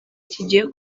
kigiye